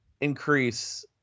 increase